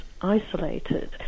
isolated